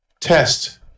test